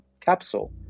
capsule